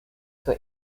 zur